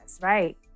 right